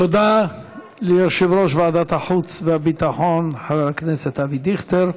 תודה ליושב-ראש ועדת החוץ והביטחון חבר הכנסת אבי דיכטר.